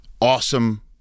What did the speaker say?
Awesome